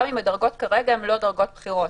גם אם הדרגות כרגע הן לא דרגות בכירות.